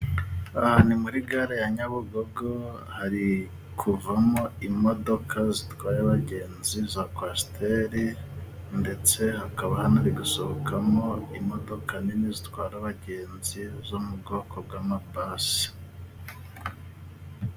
Aha ni muri gare ya Nyabugogo hari kuvamo imodoka zitwaye abagenzi za kwasiteri, ndetse hakaba hari gusohokamo imodoka nini zitwara abagenzi zo mu bwoko bw'amabasi.